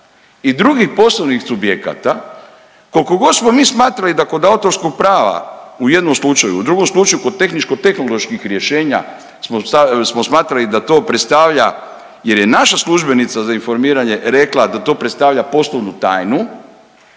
i drugih poslovnih subjekata koliko god smo mi smatrali da kod autorskog prava u jednom slučaju, u drugom slučaju kod tehničko-tehnoloških rješenja smo smatrali da to predstavlja, jer je naša službenica za informiranje rekla da to predstavlja poslovnu tajnu,